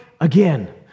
again